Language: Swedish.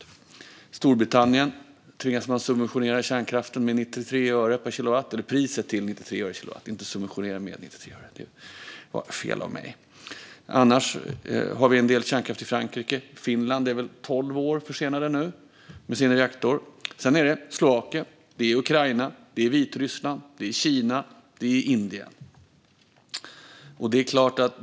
I Storbritannien tvingas man subventionera priset på kärnkraft till 93 öre per kilowatt. Annars har vi en del kärnkraft i Frankrike. Finland är väl tolv år försenade nu med sin reaktor. Sedan är det Slovakien, det är Ukraina, det är Vitryssland, det är Kina och det är Indien.